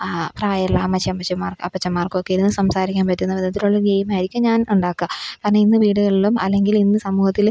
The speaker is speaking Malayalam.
പ്രായമുള്ള അമ്മച്ചി അമ്മച്ചിമാർ അപ്പച്ചമ്മാർക്കൊക്കെ ഇരുന്ന് സംസാരിക്കാന് പറ്റുന്ന വിധത്തിലുള്ള ഗെയിമായിരിക്കും ഞാൻ ഉണ്ടാക്കുക കാരണം ഇന്ന് വീടുകളിലും അല്ലെങ്കിലിന്ന് സമൂഹത്തില്